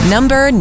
Number